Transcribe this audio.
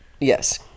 Yes